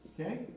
Okay